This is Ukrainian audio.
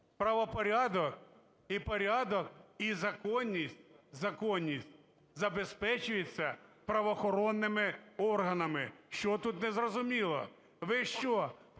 правопорядок і порядок, і законність, законність забезпечується правоохоронними органами. Що тут незрозуміло? Ви що